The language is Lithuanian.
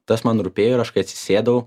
tas man rūpėjo ir aš kai atsisėdau